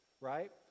right